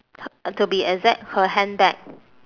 to be exact her handbag